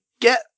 get